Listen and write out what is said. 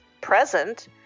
present